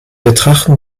betrachten